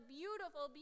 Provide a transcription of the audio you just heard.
beautiful